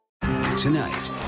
Tonight